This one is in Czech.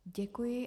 Děkuji.